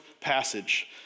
passage